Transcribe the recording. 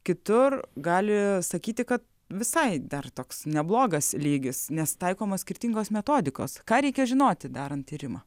kitur gali sakyti kad visai dar toks neblogas lygis nes taikomos skirtingos metodikos ką reikia žinoti darant tyrimą